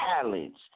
talents